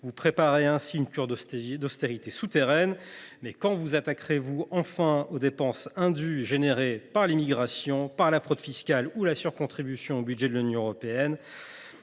Vous préparez ainsi une cure d’austérité souterraine. Quand vous attaquerez vous enfin aux dépenses indues causées par l’immigration, par la fraude fiscale ou par la surcontribution au budget de l’Union européenne,